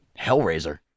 Hellraiser